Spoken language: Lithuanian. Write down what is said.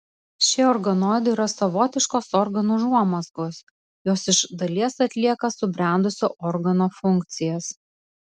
šie organoidai yra savotiškos organų užuomazgos jos iš dalies atlieka subrendusio organo funkcijas